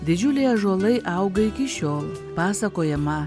didžiuliai ąžuolai auga iki šiol pasakojama